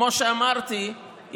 כמו שאמרתי,